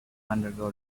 undergo